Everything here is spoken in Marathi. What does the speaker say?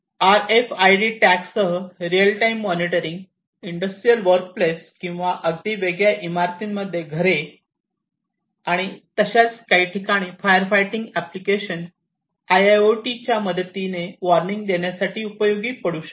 आरएफआयडी टॅगसह real time monitoring industrial work place किंवा अगदी वेगळ्या इमारतींमध्ये घरे आणि अशाच काही ठिकाणी फायर फाइटिंग एप्लीकेशन आयआयओटीच्या मदतीने वार्निंग देण्यासाठी उपयोगी पडू शकते